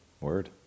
Word